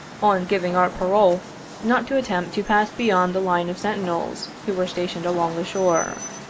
on giving our parole not to attempt to pass beyond the line of sentinels who were stationed along the shore.